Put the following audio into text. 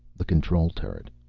the control turret.